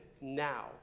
now